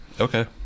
Okay